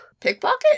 pickpocket